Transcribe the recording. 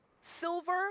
Silver